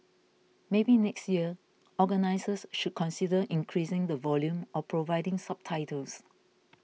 maybe next year organisers should consider increasing the volume or providing subtitles